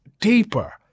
deeper